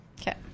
Okay